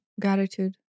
gratitude